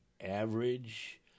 average